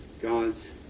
God's